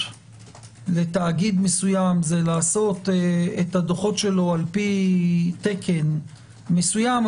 לתאגיד מסוים זה לעשות את הדוחות שלו לפי תקן מסוים,